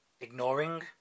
Ignoring